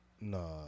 nah